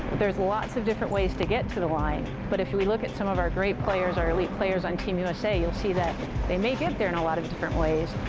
there's lots of different ways to get to the line, but if we look at some of our great players, our elite players on team usa, you see that they may get there in a lot of different ways,